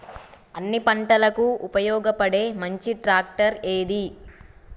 అన్ని పంటలకు ఉపయోగపడే మంచి ట్రాక్టర్ ఏది?